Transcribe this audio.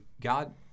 God